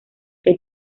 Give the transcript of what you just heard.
que